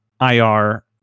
IR